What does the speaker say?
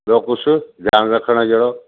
ॿियों कुझु ध्यानु रखणु जहिड़ो